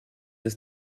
das